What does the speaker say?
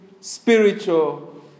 spiritual